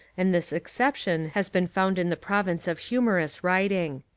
and this exception has been found in the province of humorous writing.